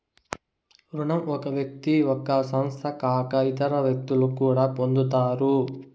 రుణం ఒక వ్యక్తి ఒక సంస్థ కాక ఇతర వ్యక్తులు కూడా పొందుతారు